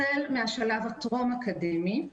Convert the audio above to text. החל מהשלב הטרום אקדמי,